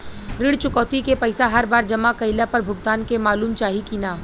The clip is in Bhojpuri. ऋण चुकौती के पैसा हर बार जमा कईला पर भुगतान के मालूम चाही की ना?